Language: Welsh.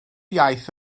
iaith